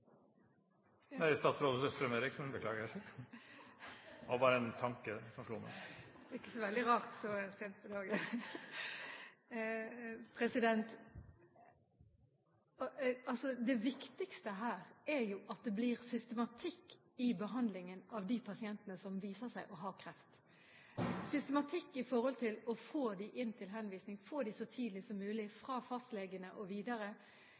innstillingen. Statsråd Dåvøy. – Nei, statsråd Strøm-Erichsen. Beklager, det var bare en tanke som slo meg! Det er ikke så veldig rart, så sent på dagen! Det viktigste her er at det blir systematikk i behandlingen av de pasientene som viser seg å ha kreft – systematikk for å få dem henvist, få dem så tidlig som mulig fra fastlegene og videre,